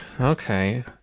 Okay